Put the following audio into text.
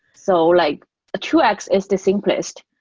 so like two x is the simplest.